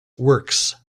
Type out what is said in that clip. works